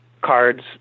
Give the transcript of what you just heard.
cards